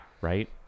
Right